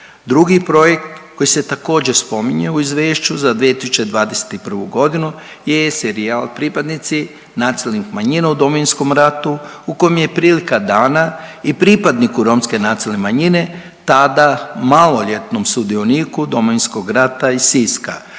Drugi projekt koji se također spominje u izvješću za 2021. godinu je serijal Pripadnici nacionalnih manjina u Domovinskom ratu u kojem je prilika dana i pripadniku romske nacionalne manjine tada maloljetnom sudioniku Domovinskog rata iz Siska